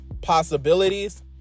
possibilities